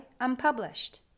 Unpublished